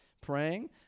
praying